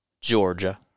Georgia